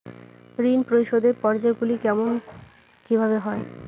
ঋণ পরিশোধের পর্যায়গুলি কেমন কিভাবে হয়?